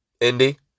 Indy